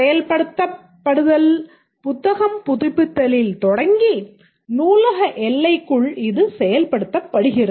செயல்படுத்தல் புத்தகம் புதுப்பித்தலில் தொடங்கி நூலக எல்லைக்குள் இது செயல்படுத்தப்படுகிறது